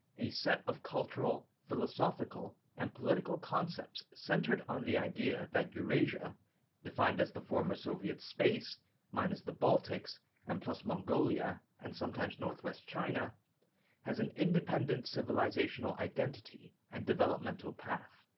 a set of cultural, philosophical and political concepts centered on the idea that eurasia defined as the former soviet space minus the baltics and plus mongolia and sometimes northwest china has an independent civilizational identity and developmental path.